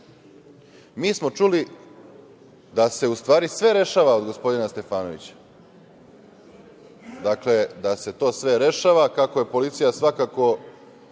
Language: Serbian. smo čuli da se u stvari sve rešava od gospodina Stefanovića, da se to sve rešava, kako će policija svakako